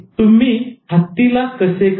तुम्ही हत्तीला कसे खाणार